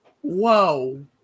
Whoa